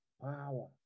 Power